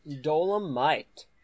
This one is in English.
Dolomite